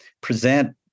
present